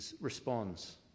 responds